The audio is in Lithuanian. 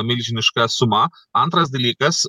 milžiniška suma antras dalykas